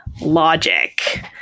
logic